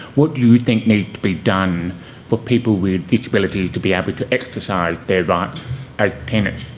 what do you think needs to be done for people with disability to be able to exercise their rights as tenants?